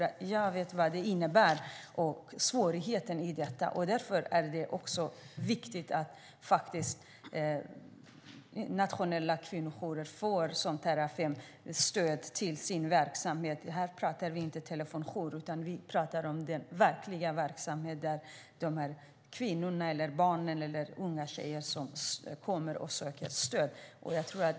Jag vet vad det innebär och vad som är svårigheten i detta. Därför är det viktigt att nationella kvinnojourer som Terrafem får stöd till sin verksamhet, och här pratar vi inte om telefonjour utan om den verkliga verksamheten, där kvinnor, barn och unga tjejer kommer och söker stöd.